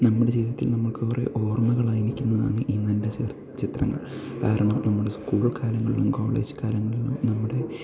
നമ്മുടെ ജീവിതത്തിൽ നമുക്ക് കുറേ ഓർമ്മകളായി നിൽക്കുന്നതാണ് ഇന്നെൻ്റെ ചിർ ചിത്രങ്ങൾ കാരണം നമ്മുടെ സ്കൂൾ കാലങ്ങളിലും കോളേജ് കാലങ്ങളിലും നമ്മുടെ